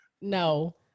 no